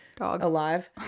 alive